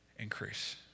increase